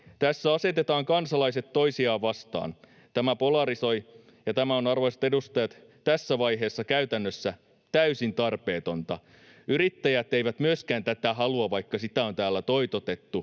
Tässä asetetaan kansalaiset toisiaan vastaan. Tämä polarisoi, ja tämä on, arvoisat edustajat, tässä vaiheessa käytännössä täysin tarpeetonta. Myöskään yrittäjät eivät tätä halua, vaikka sitä on täällä toitotettu.